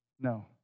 No